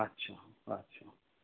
আচ্ছা আচ্ছা